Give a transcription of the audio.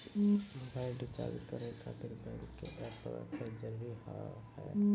Mobile recharge करे खातिर bank के ऐप रखे जरूरी हाव है?